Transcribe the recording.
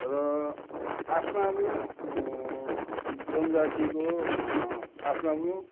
र आफ्नो आफ्नो जनजातिको आफ्नो आफ्नो